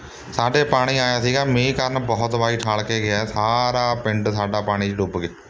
ਸਾਡੇ ਪਾਣੀ ਆਇਆ ਸੀਗਾ ਮੀਂਹ ਕਾਰਨ ਬਹੁਤ ਤਬਾਹੀ ਉਠਾਲ ਕੇ ਗਿਆ ਸਾਰਾ ਪਿੰਡ ਸਾਡਾ ਪਾਣੀ 'ਚ ਡੁੱਬ ਗਿਆ